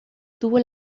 tuvo